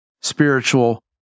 spiritual